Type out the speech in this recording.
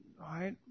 right